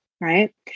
right